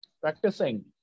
practicing